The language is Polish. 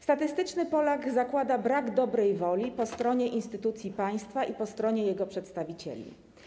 Statystyczny Polak zakłada brak dobrej woli po stronie instytucji państwa i po stronie jego przedstawicieli.